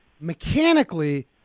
mechanically